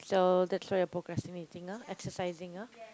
so that's why you procrastinating ah exercising ah